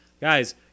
Guys